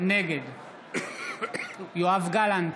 נגד יואב גלנט,